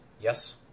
Yes